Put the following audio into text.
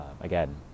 Again